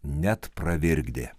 net pravirkdė